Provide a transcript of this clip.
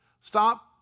Stop